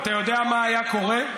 אתה יודע מה היה קורה?